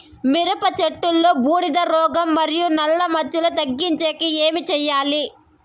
మిరప చెట్టులో బూడిద రోగం మరియు నల్ల మచ్చలు తగ్గించేకి ఏమి చేయాలి?